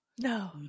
No